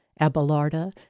Abelarda